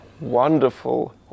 wonderful